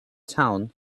town